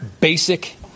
basic